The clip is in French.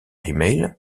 email